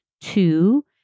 Two